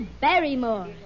Barrymore